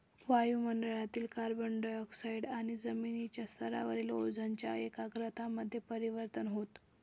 वायु मंडळातील carbon dioxide आणि जमिनीच्या स्तरावरील ओझोनच्या एकाग्रता मध्ये परिवर्तन होतं